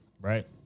right